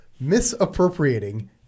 misappropriating